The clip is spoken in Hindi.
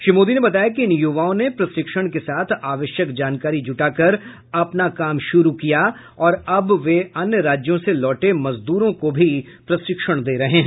श्री मोदी ने बताया कि इन युवाओं ने प्रशिक्षण के साथ आवश्यक जानकारी जुटाकर अपना काम शुरू किया और अब वे अन्य राज्यों से लौटे मजदूरों को भी प्रशिक्षण दे रहे हैं